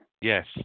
Yes